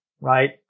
right